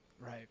Right